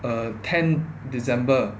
uh ten december